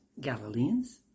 Galileans